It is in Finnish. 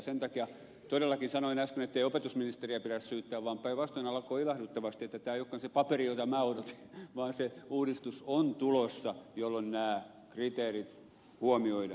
sen takia todellakin sanoin äsken ettei opetusministeriä pidä syyttää vaan päinvastoin alkoi ilahduttavasti että tämä ei olekaan se paperi jota minä odotin vaan se uudistus on tulossa jolloin nämä kriteerit huomioidaan